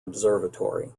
observatory